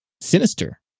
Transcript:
sinister